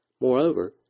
Moreover